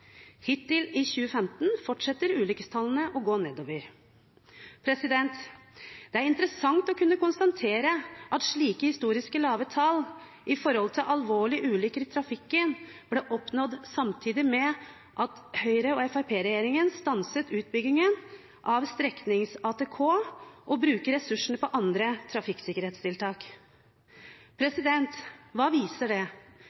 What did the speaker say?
Hittil i 2015 fortsetter ulykkestallene å gå nedover. Det er interessant å kunne konstatere at slike historisk lave tall på alvorlige ulykker i trafikken ble oppnådd samtidig med at Høyre–Fremskrittsparti-regjeringen stanset utbyggingen av streknings-ATK og brukte ressursene på andre trafikksikkerhetstiltak. Hva viser det?